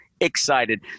excited